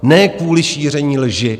Ne kvůli šíření lži.